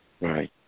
Right